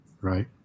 right